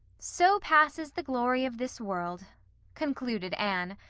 so passes the glory of this world concluded anne,